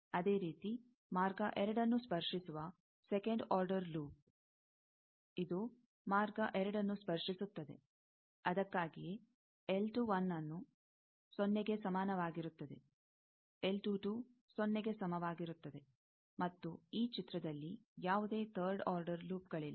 ಅದೇ ರೀತಿ ಮಾರ್ಗ 2ನ್ನು ಸ್ಪರ್ಶಿಸುವ ಸೆಕಂಡ್ ಆರ್ಡರ್ ಲೂಪ್ ಇದು ಮಾರ್ಗ 2 ನ್ನು ಸ್ಪರ್ಶಿಸುತ್ತದೆ ಅದಕ್ಕಾಗಿಯೇ ಸೊನ್ನೆಗೆ ಸಮಾನವಾಗಿರುತ್ತದೆಸೊನ್ನೆಗೆ ಸಮಾನವಾಗಿರುತ್ತದೆ ಮತ್ತು ಈ ಚಿತ್ರದಲ್ಲಿ ಯಾವುದೇ ಥರ್ಡ್ ಆರ್ಡರ್ ಲೂಪ್ಗಳಿಲ್ಲ